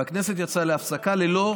והכנסת יצאה להפסקה ללא,